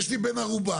יש לי בן ערובה.